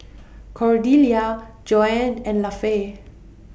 Cordelia Joann and Lafe